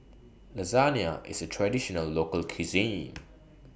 Lasagne IS A Traditional Local Cuisine